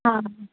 हा